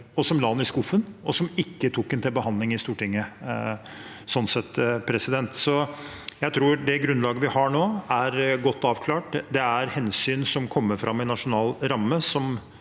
som la den i skuffen, og som ikke tok den til behandling i Stortinget. Jeg tror det grunnlaget vi har nå, er godt avklart. Det er hensyn som kommer fram i nasjonal ramme